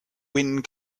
wind